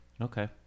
okay